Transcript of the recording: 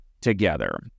together